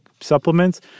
supplements